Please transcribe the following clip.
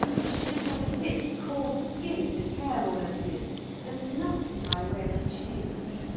i should have had a thick, coarse skin, with hair all over me and nothing by way of a change.